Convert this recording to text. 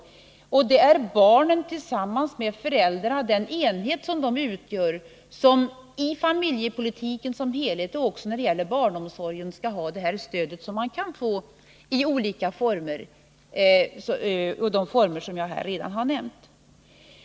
Det är den enhet som barnen tillsammans med föräldrarna utgör, i familjepolitiken som helhet och även när det gäller barnomsorgen, som skall ha det stöd man kan få i olika former, bl.a. de former jag har nämnt.